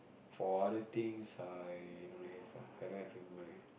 for other things I don't have ah I don't have in mind